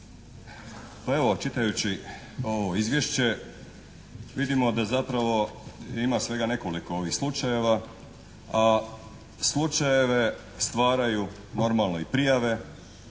Pa evo čitajući ovo izvješće, vidimo da zapravo ima svega nekoliko ovih slučajeva, a slučajeve stvaraju normalno i prijave,